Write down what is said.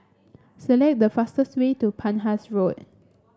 select the fastest way to Penhas Road